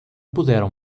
puderam